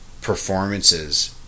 performances